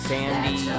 Sandy